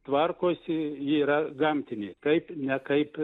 tvarkosi ji yra gamtinė taip ne kaip